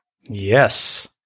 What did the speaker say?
yes